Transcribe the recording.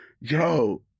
Yo